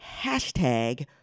hashtag